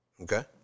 Okay